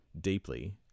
deeply